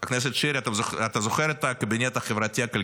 חבר הכנסת שירי, אתה זוכר את הקבינט החברתי-כלכלי?